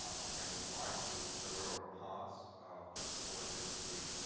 um we can divide to several parts. first of all, it is the